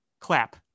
Clap